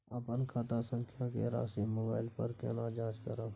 अपन खाता संख्या के राशि मोबाइल पर केना जाँच करब?